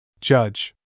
Judge